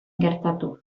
gertatu